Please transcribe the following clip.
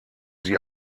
sie